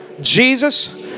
Jesus